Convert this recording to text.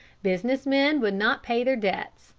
business-men would not pay their debts,